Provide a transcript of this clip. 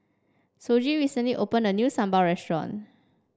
Shoji recently opened a new Sambal Restaurant